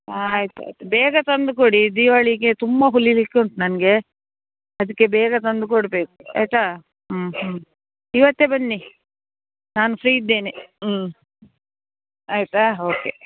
ಆಯ್ತು ಆಯಿತು ಬೇಗ ತಂದು ಕೊಡಿ ದಿವಾಳಿಗೆ ತುಂಬ ಹೊಲೀಲಿಕ್ಕೆ ಉಂಟು ನನಗೆ ಅದಕ್ಕೆ ಬೇಗ ತಂದು ಕೊಡಬೇಕು ಆಯಿತಾ ಹ್ಞೂ ಹ್ಞೂ ಇವತ್ತೇ ಬನ್ನಿ ನಾನು ಫ್ರೀ ಇದ್ದೇನೆ ಹ್ಞೂ ಆಯಿತಾ ಓಕೆ